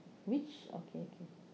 which okay okay